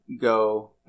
go